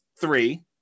three